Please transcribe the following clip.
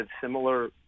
similar